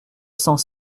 cent